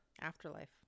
Afterlife